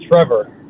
Trevor